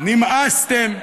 נמאסתם.